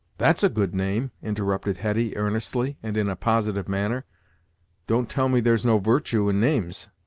that's a good name, interrupted hetty, earnestly, and in a positive manner don't tell me there's no virtue in names!